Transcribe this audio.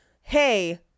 hey